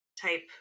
type